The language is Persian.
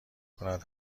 کند